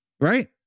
right